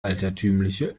altertümliche